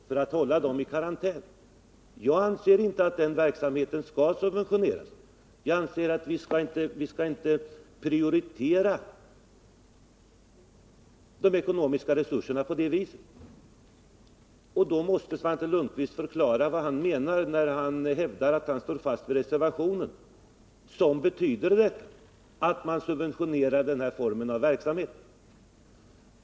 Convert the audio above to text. att hålla dessa hundar i karantän. Jag anser inte att den verksamheten skall subventioneras. Jag anser inte att vi skall prioritera fördelningen av de ekonomiska resurserna på det viset. Svante Lundkvist måste förklara vad han menar, när han hävdar att han står fast vid reservationen, som betyder att man subventionerar denna form av verksamhet.